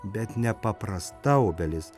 bet nepaprasta obelis